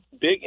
big